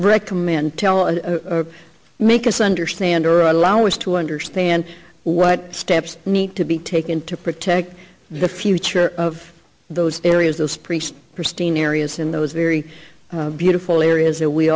recommend tell make us understand or allow us to understand what steps need to be taken to protect the future of those areas those priest pristine areas in those very beautiful areas that we